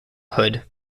hood